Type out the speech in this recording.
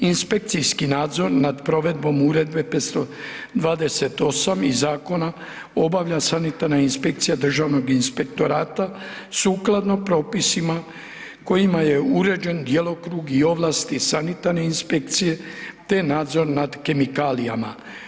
Inspekcijski nadzor na provedbom Uredbe 528 i zakona obavlja sanitarna inspekcija Državnog inspektorata sukladno propisana kojima je uređen djelokrug i ovlasti sanitarne inspekcije te nadzor nad kemikalijama.